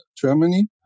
Germany